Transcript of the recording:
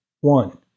One